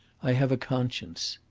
i have a conscience.